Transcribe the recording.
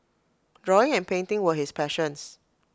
drawing and painting were his passions